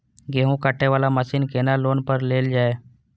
गेहूँ काटे वाला मशीन केना लोन पर लेल जाय?